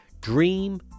dream